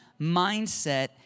mindset